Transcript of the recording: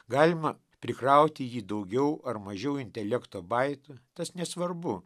galima prikrauti jį daugiau ar mažiau intelekto baitų tas nesvarbu